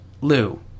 Lou